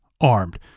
armed